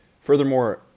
Furthermore